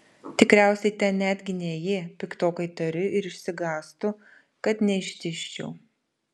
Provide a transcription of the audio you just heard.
tikriausiai ten netgi ne ji piktokai tariu ir išsigąstu kad neištižčiau